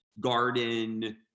garden